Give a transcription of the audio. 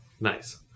Nice